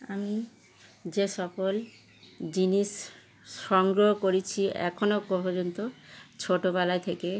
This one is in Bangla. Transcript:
আমি যে সকল জিনিস সংগ্রহ করেছি এখনও পর্যন্ত ছোটবেলা থেকে